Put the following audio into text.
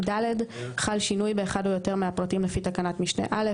(ד) חל שינוי באחד או יותר מהפרטים לפי תקנת משנה (א),